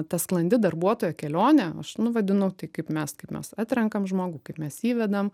ta sklandi darbuotojo kelionė aš nu vadinu tai kaip mes kaip mes atrenkam žmogų kaip mes įvedam